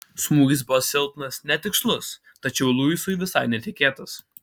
smūgis buvo silpnas netikslus tačiau luisui visai netikėtas